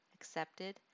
accepted